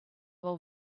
will